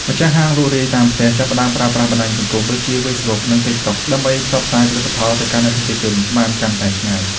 ម្ចាស់ហាងលក់រាយតាមផ្ទះចាប់ផ្ដើមប្រើប្រាស់បណ្ដាញសង្គមដូចជា ហ្វេសប៊ុក និង ទីកតុក ដើម្បីផ្សព្វផ្សាយផលិតផលទៅកាន់អតិថិជនបានកាន់តែឆ្ងាយ។